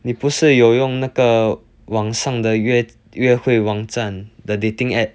你不是有用那个网上的约约会网站 the dating app